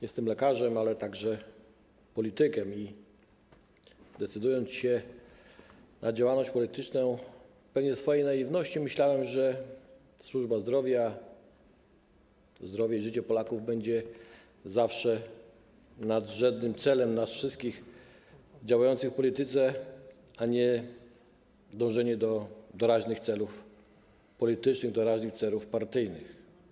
Jestem lekarzem, ale także politykiem i decydując się na działalność polityczną, pewnie w swojej naiwności myślałem, że służba zdrowia, zdrowie i życie Polaków będzie zawsze nadrzędnym celem nas wszystkich działających w polityce, a nie dążenie do doraźnych celów politycznych, doraźnych celów partyjnych.